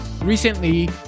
Recently